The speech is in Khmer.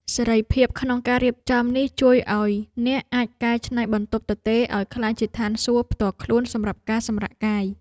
សេរីភាពក្នុងការរៀបចំនេះជួយឱ្យអ្នកអាចកែច្នៃបន្ទប់ទទេរឱ្យក្លាយជាឋានសួគ៌ផ្ទាល់ខ្លួនសម្រាប់ការសម្រាកកាយ។